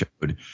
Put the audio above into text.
showed